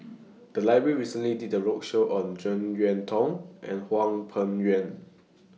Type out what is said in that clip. The Library recently did A roadshow on Jek Yeun Thong and Hwang Peng Yuan